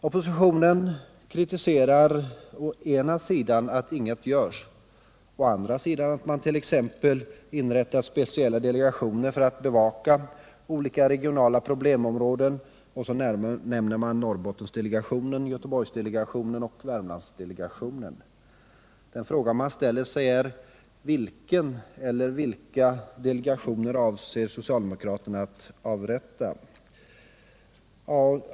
Oppositionen kritiserar å ena sidan att inget görs, å andra sidan att man t.ex. inrättar speciella delegationer för att bevaka olika regionala problemområden, och så nämns Norrbottendelegationen, Göteborgsdelegationen och Värmlandsdelegationen. Den fråga jag ställer mig är: Vilken eller vilka delegationer avser socialdemokraterna att avrätta?